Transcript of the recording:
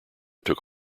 took